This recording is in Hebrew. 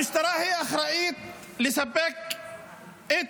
המשטרה אחראית לספק את